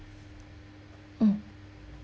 mm